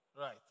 Right